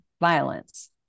violence